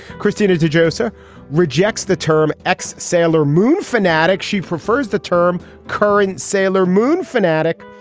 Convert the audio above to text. cristina de josiah rejects the term ex sailor moon fanatic. she prefers the term current sailor moon fanatic.